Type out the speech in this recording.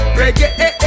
reggae